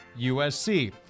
USC